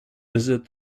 visit